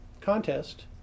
contest